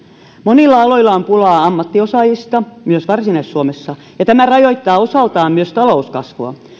monilla aloilla on pulaa ammattiosaajista myös varsinais suomessa ja tämä rajoittaa osaltaan myös talouskasvua